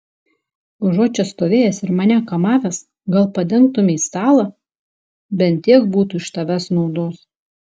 užuot čia stovėjęs ir mane kamavęs gal padengtumei stalą bent tiek būtų iš tavęs naudos